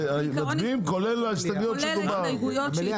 מצביעים כולל על ההסתייגויות שדובר עליהן.